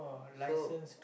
so